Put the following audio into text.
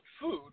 food